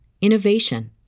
innovation